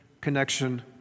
connection